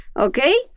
Okay